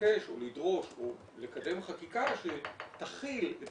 לבקש או לדרוש או לקדם חקיקה שתחיל את